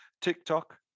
TikTok